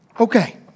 Okay